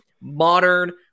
modern